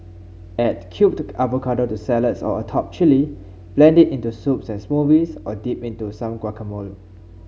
add cubed avocado to salads or atop chilli blend it into soups and smoothies or dip into some guacamole